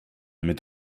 mit